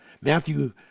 Matthew